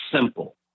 Simple